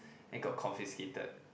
and got confiscated